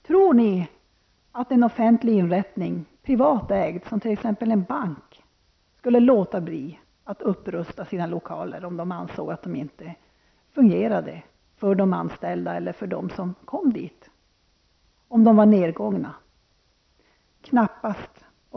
Tror ni att en offentlig, privat ägd, inrättning -- t.ex. en bank -- skulle låta bli att rusta upp sina lokaler om dessa var nedgångna och inte fungerade med tanke på de anställda eller bankens besökare? Knappast.